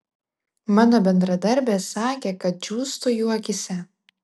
mano bendradarbės sakė kad džiūstu jų akyse